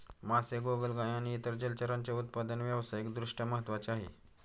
मासे, गोगलगाय आणि इतर जलचरांचे उत्पादन व्यावसायिक दृष्ट्या महत्त्वाचे आहे